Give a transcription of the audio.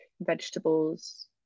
vegetables